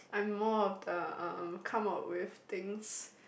I'm more of the uh come up with things